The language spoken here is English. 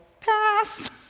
pass